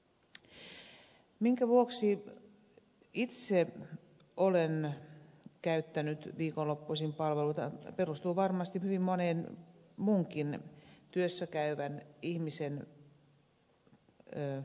se minkä vuoksi itse olen käyttänyt viikonloppuisin palveluita perustuu varmasti hyvin monen muunkin työssäkäyvän ihmisen käyttäytymiseen